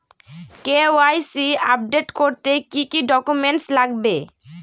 KYC update করতে কি কি ডকুমেন্টস লাগবে?